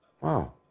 Wow